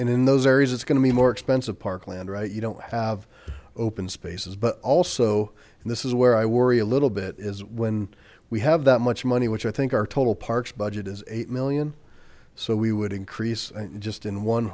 and in those areas it's going to be more expensive parkland right you don't have open spaces but also and this is where i worry a little bit is when we have that much money which i think our total parks budget is eight million so we would increase just in one